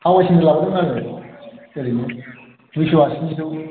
हावाय सेन्देलानोमोन आरो ओरैनो दुइस' आसिनिसोमोन